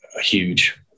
huge